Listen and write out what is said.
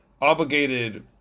obligated